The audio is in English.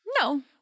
No